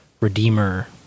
Redeemer